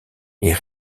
est